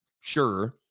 Sure